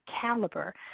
caliber